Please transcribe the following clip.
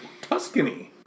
Tuscany